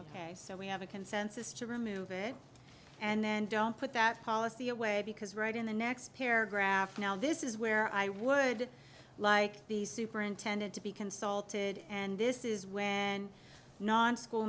ok so we have a consensus to remove it and then don't put that policy away because right in the next paragraph now this is where i would like the superintendent to be consulted and this is when non school